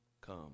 come